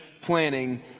planning